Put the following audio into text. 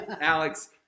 Alex